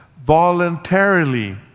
voluntarily